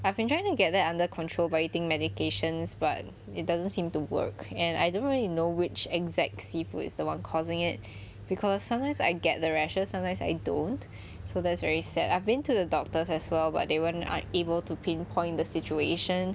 I have been trying to get them under control by eating medications but it doesn't seem to work and I don't really know which exact seafood is the one causing it because sometimes I get the rashes sometimes I don't so that's very sad I've been to the doctors as well but they were unable to pinpoint the situation